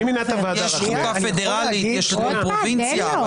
יש החוק הפדרלי, יש --- רוטמן, תן לו.